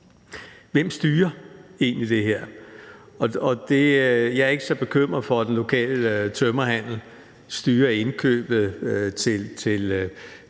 hvem der egentlig styrer det her. Jeg er ikke så bekymret for, at den lokale tømmerhandel styrer indkøbet,